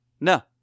No